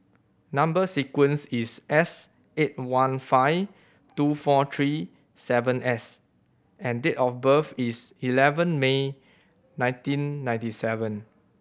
number sequence is S eight one five two four three seven S and date of birth is eleven May nineteen ninety seven